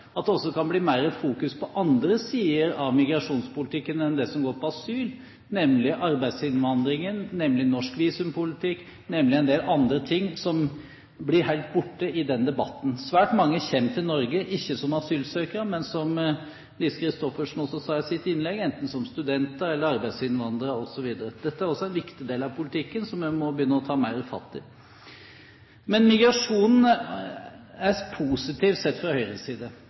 det også bli mer fokus på andre sider av migrasjonspolitikken enn det som går på asyl, nemlig arbeidsinnvandringen, norsk visumpolitikk og en del andre ting som blir helt borte i den debatten. Svært mange kommer til Norge – ikke som asylsøkere, men, som Lise Christoffersen også sa i sitt innlegg, enten som studenter eller som arbeidsinnvandrere osv. Dette er også en viktig del av politikken man må begynne å ta mer fatt i. Migrasjonen er positiv sett fra Høyres side.